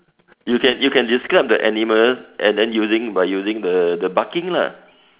(uh huh) you can you can describe the animals and then using by using the the barking lah